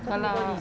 !alah!